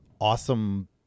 awesome